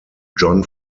john